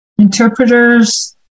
Interpreters